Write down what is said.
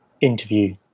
interview